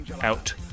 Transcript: out